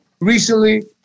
recently